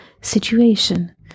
situation